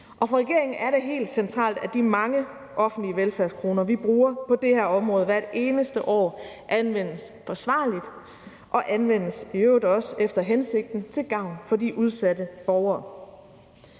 og for regeringen er det helt centralt, at de mange offentlige velfærdskroner, vi bruger på det her område hvert eneste år, anvendes forsvarligt og i øvrigt også anvendes efter hensigten til gavn for de udsatte borgere.